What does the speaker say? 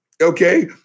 Okay